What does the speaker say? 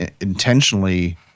intentionally